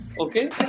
Okay